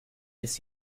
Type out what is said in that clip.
ist